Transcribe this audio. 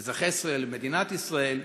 את אזרחי ישראל ומדינת ישראל,